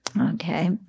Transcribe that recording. Okay